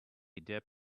dip